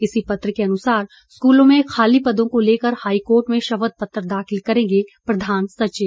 इसी पत्र के अनुसार स्कूलों में खाली पदों को लेकर हाईकोर्ट में शपथ पत्र दाखिल करेंगे प्रधान सचिव